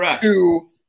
two